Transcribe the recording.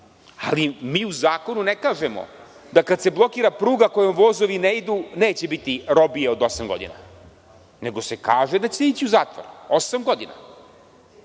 Ali, mi u zakonu ne kažemo da kad se blokira pruga kojom vozovi ne idu neće biti robije od osam godina nego se kaže da će se ići u zatvor, osam godina.